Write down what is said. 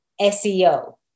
SEO